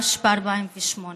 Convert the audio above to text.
שגורש ב-48',